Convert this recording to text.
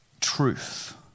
Truth